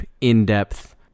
in-depth